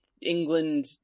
England